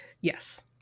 Yes